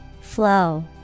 Flow